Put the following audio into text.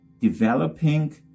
developing